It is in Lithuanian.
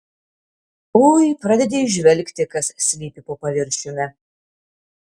ui pradedi įžvelgti kas slypi po paviršiumi